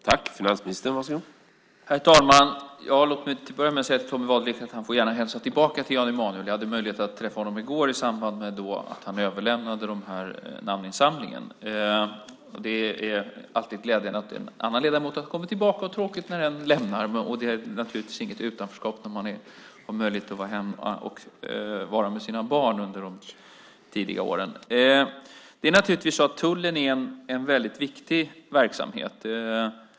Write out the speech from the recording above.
Herr talman! Låt mig till att börja med säga till Tommy Waidelich att han gärna får hälsa tillbaka till Jan Emanuel. Jag hade möjlighet att träffa honom i går i samband med att han överlämnade namninsamlingen. Det är alltid glädjande att en ledamot kommer tillbaka, men också tråkigt när en ledamot lämnar riksdagen. Det är naturligtvis inget utanförskap när man har möjlighet att vara hemma med sina barn under de tidiga åren. Det är naturligtvis så att tullen bedriver en väldigt viktig verksamhet.